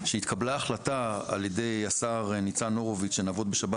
שהתקבלה החלטה על ידי השר ניצן הורוביץ שנעבוד בשבת.